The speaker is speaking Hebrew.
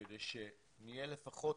כדי שנהיה לפחות